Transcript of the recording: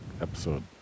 episode